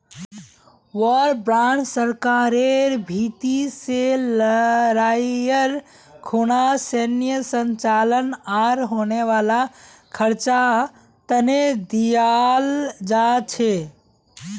war bond सरकारेर भीति से लडाईर खुना सैनेय संचालन आर होने वाला खर्चा तने दियाल जा छे